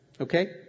okay